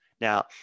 now